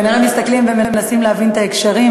כנראה מסתכלים ומנסים להבין את ההקשרים.